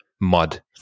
mud